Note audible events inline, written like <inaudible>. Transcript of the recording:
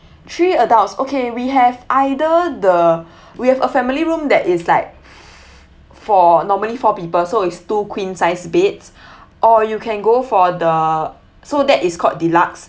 three adults okay we have either the we have a family room that is like f~ for normally four people so is two queen size beds <breath> or you can go for the so that is called deluxe